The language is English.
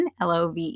Love